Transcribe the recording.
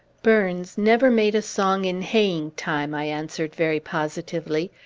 burns never made a song in haying-time, i answered very positively.